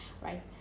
Right